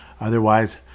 otherwise